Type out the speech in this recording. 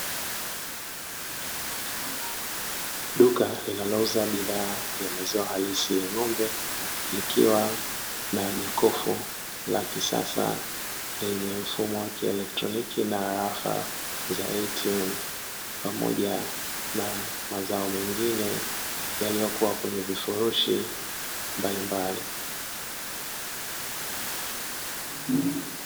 Duka linalouza bidhaa ya maziwa halisi ya ng'ombe, likiwa na jokofu la kisasa lenye mfumo wa kielektroniki na arafa za "ATM", pamoja na mazao mengine yaliyokua kwenye vifurushu mbalimbali.